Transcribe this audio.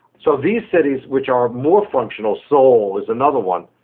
so these cities which are more functional, seoul is another one,